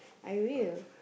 I will